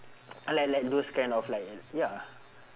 like like those kind of like ya